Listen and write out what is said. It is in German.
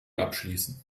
abschließen